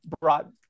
brought